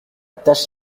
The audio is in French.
tâche